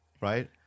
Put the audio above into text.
Right